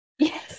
Yes